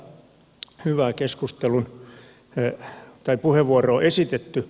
täällä on monta hyvää puheenvuoroa esitetty